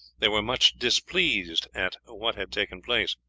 they were much displeased at what had taken place.